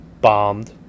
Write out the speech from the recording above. bombed